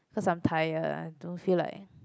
cause I'm tired I don't feel like